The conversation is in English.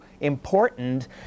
important